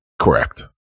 correct